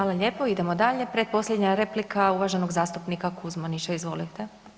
Hvala lijepo, idemo dalje, pretposljednja replika uvaženog zastupnika Kuzmanića, izvolite.